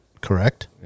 correct